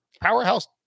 powerhouse